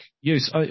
use